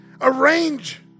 arrange